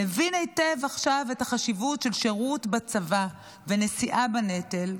מבין היטב עכשיו את החשיבות של שירות בצבא ונשיאה בנטל.